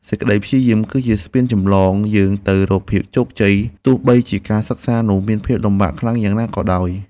សេចក្តីព្យាយាម គឺជាស្ពានចម្លងយើងទៅរកភាពជោគជ័យទោះបីជាការសិក្សានោះមានភាពលំបាកខ្លាំងយ៉ាងណាក៏ដោយចុះ។